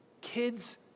Kids